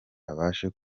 abashe